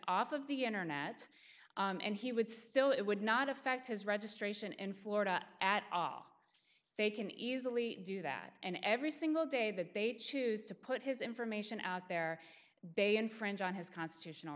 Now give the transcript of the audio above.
off of the internet and he would still it would not affect his registration in florida at all they can easily do that and every single day that they choose to put his information out there bay infringe on his constitutional